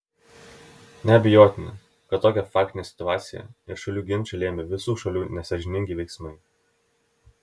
neabejotina kad tokią faktinę situaciją ir šalių ginčą lėmė visų šalių nesąžiningi veiksmai